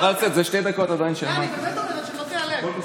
זה שתי דקות שאני, לא, אני באמת אומרת, שלא תיעלב.